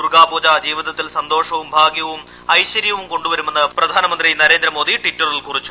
ദുർഗ്ഗാപൂജ ജീവിതത്തിൽ സന്തോഷവും ഭാഗ്യവും ഐശ്വര്യവും കൊണ്ടുവരുമെന്ന് പ്രധാനമന്ത്രി നരേന്ദ്രമോദി ടിറ്ററിൽ പറഞ്ഞു